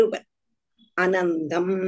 Anandam